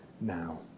now